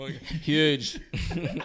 Huge